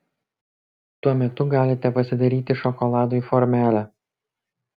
tuo metu galite pasidaryti šokoladui formelę